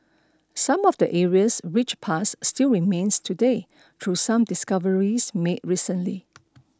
some of the area's rich past still remains today through some discoveries made recently